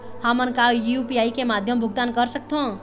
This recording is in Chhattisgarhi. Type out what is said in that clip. हमन का यू.पी.आई के माध्यम भुगतान कर सकथों?